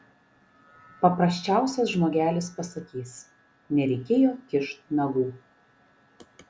paprasčiausias žmogelis pasakys nereikėjo kišt nagų